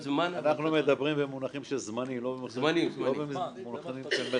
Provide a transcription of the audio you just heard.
מדברים במונחים של זמנים, לא במונחים של מרחקים.